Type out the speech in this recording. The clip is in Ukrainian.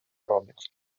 робить